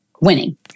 winning